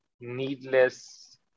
needless